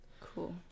Cool